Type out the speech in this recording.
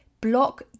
Block